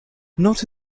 not